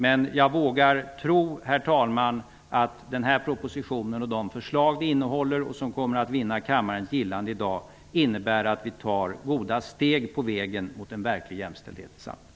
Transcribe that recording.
Men jag vågar tro, herr talman, att denna proposition och de förslag som den innehåller -- som kommer att vinna kammarens gillande i dag -- innebär att vi tar goda steg på vägen mot en verklig jämställdhet i samhället.